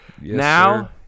Now